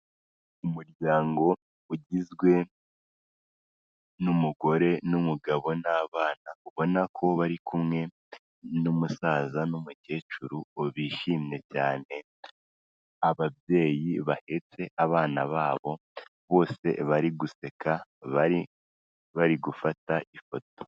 Umuryango ugizwe n'umugore n'umugabo n'abana, ubona ko bari kumwe n'umusaza n'umukecuru bishimye cyane, ababyeyi bahetse abana babo bose bari guseka, bari bari gufata ifoto.